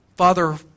Father